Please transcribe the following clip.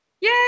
Yay